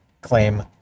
claim